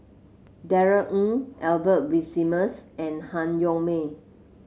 Darrell Ang Albert Winsemius and Han Yong May